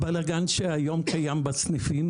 הבלגן שהיום קיים בסניפים